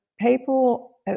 people